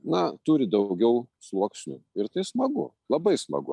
na turi daugiau sluoksnių ir tai smagu labai smagu